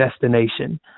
destination